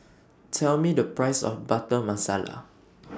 Tell Me The Price of Butter Masala